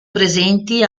presenti